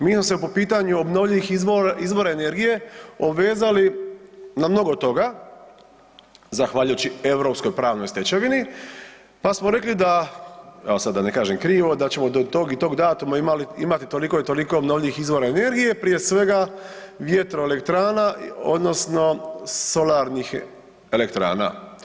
Mi smo se po pitanju obnovljivih izvora energije obvezali na mnogo toga zahvaljujući europskoj pravnoj stečevini, pa smo rekli da, evo sad da ne kažem krivo, da ćemo do tog i tog datuma imati toliko i toliko obnovljivih izvora energije, prije svega vjetroelektrana odnosno solarnih elektrana.